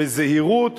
בזהירות,